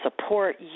support